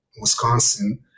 Wisconsin